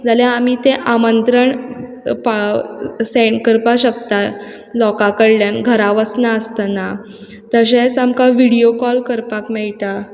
जाल्यार आमी तें आमंत्रण पाव सँड करपाक शकतात लोकां कडल्यान घरा वसना आसतना तशेंच आमकां विडियो कॉल करपाक मेयटा